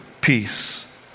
peace